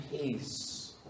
peace